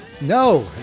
No